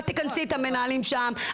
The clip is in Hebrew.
את תכנסי את המנהלים שם,